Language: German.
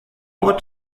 ort